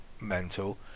mental